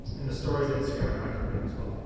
and the stories in instagram are not converting as well.